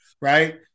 right